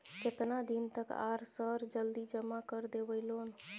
केतना दिन तक आर सर जल्दी जमा कर देबै लोन?